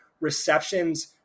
receptions